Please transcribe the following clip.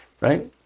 right